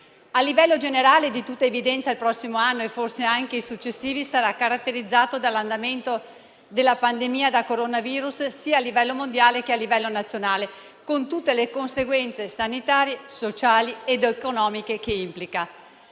A livello generale, è di tutta evidenza che il prossimo anno - e forse anche i successivi - sarà caratterizzato dall'andamento della pandemia da coronavirus sia a livello mondiale che a livello nazionale, con tutte le conseguenze sanitarie, sociali ed economiche che questo implica.